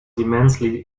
immensely